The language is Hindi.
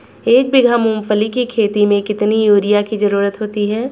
एक बीघा मूंगफली की खेती में कितनी यूरिया की ज़रुरत होती है?